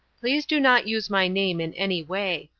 please do not use my name in any way.